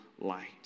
light